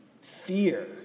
fear